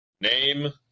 Name